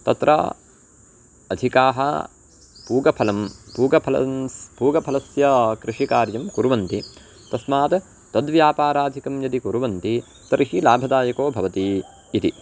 तत्र अधिकाः पूगफलं पूगफलं पूगफलस्य कृषिकार्यं कुर्वन्ति तस्मात् तद्व्यापाराधिकं यदि कुर्वन्ति तर्हि लाभदायको भवति इति